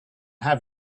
have